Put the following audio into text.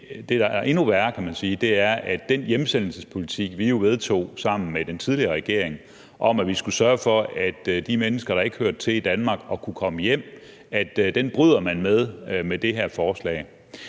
at man med det her forslag bryder med den hjemsendelsespolitik, som vi jo vedtog sammen med den tidligere regering, om, at vi skulle sørge for, at de mennesker, der ikke hørte til i Danmark, kunne komme hjem. Jeg står her med en udtalelse